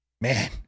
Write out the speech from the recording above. man